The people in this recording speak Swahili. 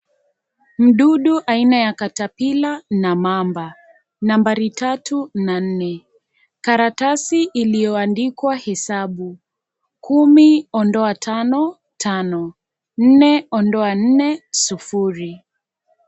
Mdudu aina ya Caterpillar na mamba, nambari tatu na nne, karatasi iliyoandikwa hesabu, kumi ondoa tano, tano, nne ondoa nne, sufuri.